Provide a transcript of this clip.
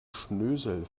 schnösel